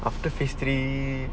after phase three